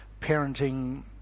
parenting